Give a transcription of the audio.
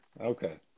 Okay